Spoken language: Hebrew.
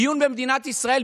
דיון במדינת ישראל,